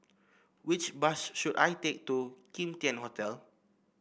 which bus should I take to Kim Tian Hotel